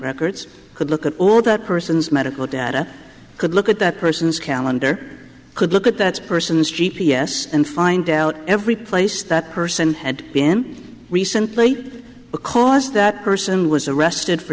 records could look at all that person's medical data could look at that person's calendar could look at that person's g p s and find out every place that person had been recently because that person was arrested for